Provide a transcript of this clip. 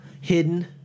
hidden